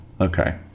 Okay